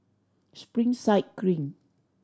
Springside Green